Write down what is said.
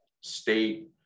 state